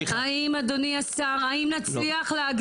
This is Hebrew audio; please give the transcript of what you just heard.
אדוני השר, האם נצליח להגדיל?